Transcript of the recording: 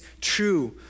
true